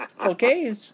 Okay